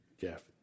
Jeff